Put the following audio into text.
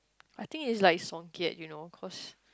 I think it's like Songket you know cause